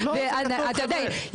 אתה יודע,